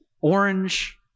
orange